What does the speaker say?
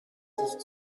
ist